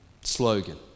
slogan